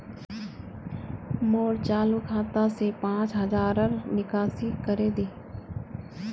मोर चालु खाता से पांच हज़ारर निकासी करे दे